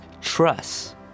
trust